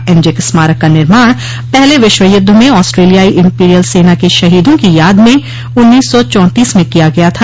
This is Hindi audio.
एजेक स्मारक का निर्माण पहले विश्व युद्ध में आस्ट्रेलियाई इम्पीरियल सेना के शहीदों की याद में उन्नीस सौ चौतीस में किया गया था